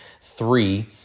three